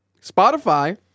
Spotify